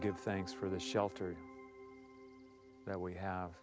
give thanks for the shelter that we have